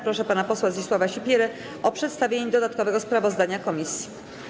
Proszę pana posła Zdzisława Sipierę o przedstawienie dodatkowego sprawozdania komisji.